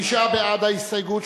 תשעה בעד ההסתייגות,